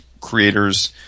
creators